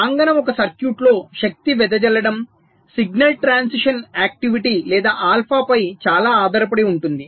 ప్రాంగణం ఒక సర్క్యూట్లో శక్తి వెదజల్లడం సిగ్నల్ ట్రాన్సిషన్ యాక్టివిటీ లేదా ఆల్ఫాపై చాలా ఆధారపడి ఉంటుంది